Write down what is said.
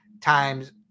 times